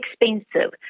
expensive